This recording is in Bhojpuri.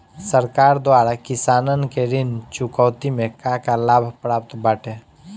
सरकार द्वारा किसानन के ऋण चुकौती में का का लाभ प्राप्त बाटे?